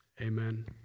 Amen